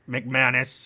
McManus